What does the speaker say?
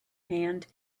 hand